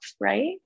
right